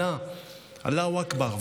אללה, אללה, אללהו אכבר.